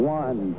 one